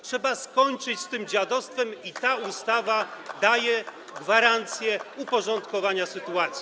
Trzeba skończyć z tym dziadostwem i ta ustawa daje gwarancję uporządkowania sytuacji.